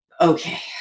okay